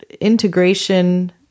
integration